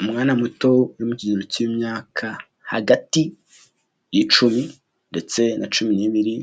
Umwana muto uri mu kigero cy'imyaka hagati y'icumi ndetse na cumi n'ibiri,